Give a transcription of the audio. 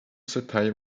satire